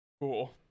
cool